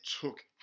took